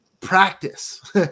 practice